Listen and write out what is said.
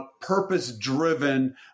purpose-driven